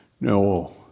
no